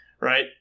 Right